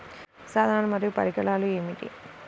సాధనాలు మరియు పరికరాలు ఏమిటీ?